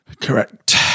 Correct